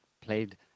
played